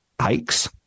hikes